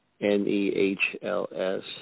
N-E-H-L-S